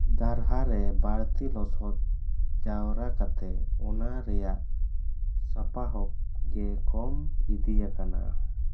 ᱫᱟᱨᱦᱟ ᱨᱮ ᱵᱟᱹᱲᱛᱤ ᱞᱚᱥᱚᱫ ᱡᱟᱣᱨᱟ ᱠᱟᱛᱮ ᱚᱱᱟ ᱨᱮᱭᱟᱜ ᱥᱟᱯᱟᱦᱚᱵ ᱜᱮ ᱠᱚᱢ ᱤᱫᱤᱭᱟᱠᱟᱱᱟ